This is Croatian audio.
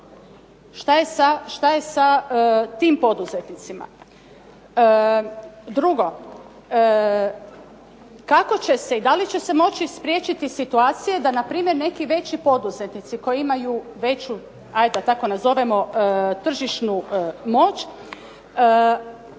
Šta je sa tim poduzetnicima? Drugo, kako će se i da li će se moći spriječiti situacije da npr. neki veći poduzetnici koji imaju veću, ajde da tako nazovemo, tržišnu moć